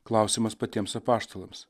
klausimas patiems apaštalams